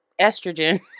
Estrogen